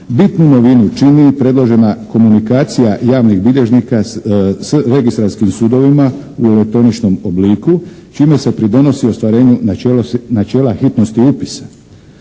bitnu novinu čini i predložena komunikacija javnih bilježnika s registarskim sudovima u elektroničnom obliku čime se pridonosi ostvarenju načela hitnosti upisa.